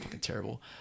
terrible